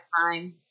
time